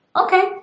Okay